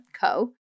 Co